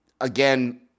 again